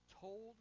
told